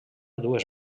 dues